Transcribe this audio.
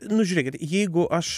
nu žiūrėkit jeigu aš